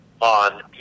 on